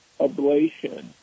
ablation